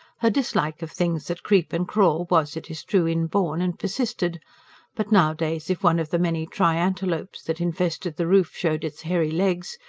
her dislike of things that creep and crawl was, it is true, inborn, and persisted but nowadays if one of the many triantelopes that infested the roof showed its hairy legs,